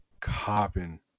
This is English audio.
copping